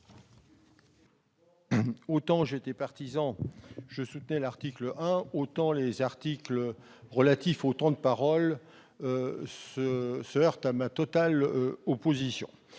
sur l'article. Autant je soutenais l'article 1, autant les articles relatifs aux temps de parole se heurtent à ma totale opposition.